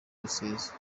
rusizi